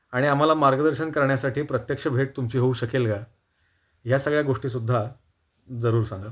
आणि आम्हाला मार्गदर्शन करण्यासाठी प्रत्यक्ष भेट तुमची होऊ शकेल का या सगळ्या गोष्टीसुद्धा जरूर सांगा